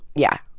yeah.